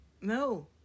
no